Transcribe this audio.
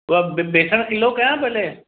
ॿियो बेसणु किलो कयां भले